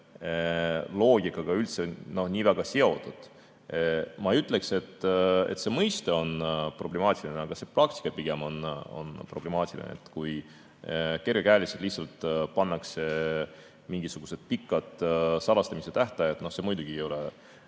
loogikaga üldse nii väga seotud. Ma ei ütleks, et see mõiste on problemaatiline, pigem on see praktika problemaatiline. Kui kergekäeliselt lihtsalt pannakse mingisugused pikad salastamise tähtajad, siis see muidugi ei ole,